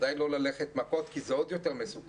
בוודאי לא ללכת מכות כי זה עוד יותר מסוכן.